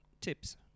Tips